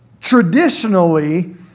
traditionally